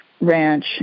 Ranch